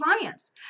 clients